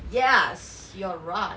yes you're right